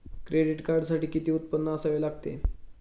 Credit कार्डसाठी किती उत्पन्न असावे लागते?